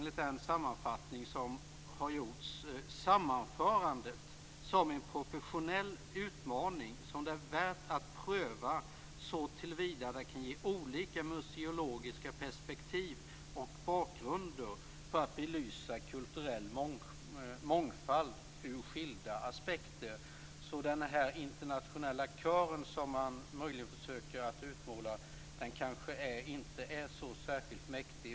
Enligt den sammanfattning som har gjorts betraktar han sammanförandet som en professionell utmaning som är värd att pröva, så till vida att det ger olika museologiska perspektiv och bakgrunder för att belysa kulturell mångfald ur skilda aspekter. Så den internationella kören, som man försöker att utmåla, kanske inte är så särskilt mäktig.